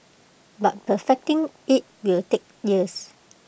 but perfecting IT will take years